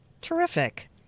Terrific